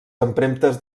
empremtes